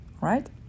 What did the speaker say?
Right